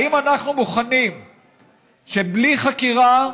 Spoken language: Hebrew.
האם אנחנו מוכנים שבלי חקירה,